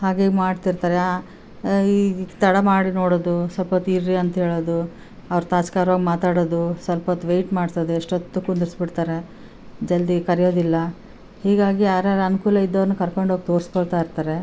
ಹಾಗೇ ಮಾಡ್ತಿರ್ತಾರೆ ಈಗ ತಡ ಮಾಡಿ ನೋಡೋದು ಸ್ವಲ್ಪ್ ಹೊತ್ತು ಇರ್ರಿ ಅಂತ ಹೇಳೋದು ಅವ್ರು ತಾತ್ಸಾರವಾಗ್ ಮಾತಾಡೋದು ಸ್ವಲ್ಪ ಹೊತ್ತು ವೆಯ್ಟ್ ಮಾಡಿಸೋದು ಎಷ್ಟು ಹೊತ್ತು ಕುಂದಿರ್ಸಿ ಬಿಡ್ತಾರೆ ಜಲ್ದಿ ಕರೆಯೋದಿಲ್ಲ ಹೀಗಾಗಿ ಆವ್ರವ್ರ್ ಅನುಕೂಲ ಇದ್ದೋರ್ನ ಕರ್ಕೊಂಡ್ ಹೋಗಿ ತೋರಿಸ್ಕೊಳ್ತಾ ಇರ್ತಾರೆ